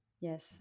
yes